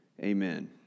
Amen